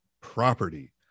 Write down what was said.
property